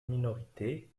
minorité